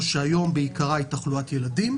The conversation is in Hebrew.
שהיום בעיקרה היא תחלואת ילדים,